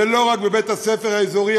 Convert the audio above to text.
ולא רק בבית-הספר האזורי,